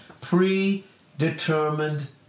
predetermined